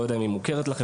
לא יודע אם היא מוכרת לכם,